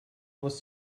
was